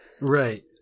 Right